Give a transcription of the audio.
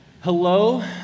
hello